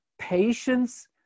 patience